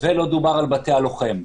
ולא דובר על בתי הלוחם.